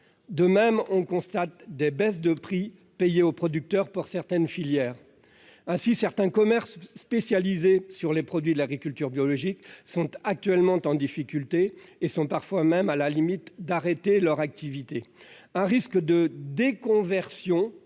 De même, on constate une baisse des prix payés aux producteurs dans certaines filières. Ainsi, certains commerces spécialisés dans la vente de produits issus de l'agriculture biologique sont actuellement en difficulté, au point parfois d'être menacés d'arrêter leur activité. Un risque de « déconversion